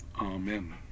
Amen